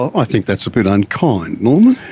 i think that's a bit unkind norman.